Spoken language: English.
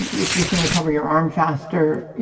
if you can recover your arm faster,